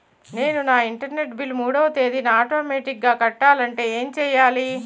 నేను నా internet bill మూడవ తేదీన ఆటోమేటిగ్గా కట్టాలంటే ఏం చేయాలి?